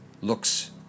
looks